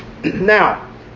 Now